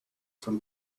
from